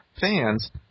fans